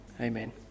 Amen